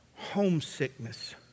homesickness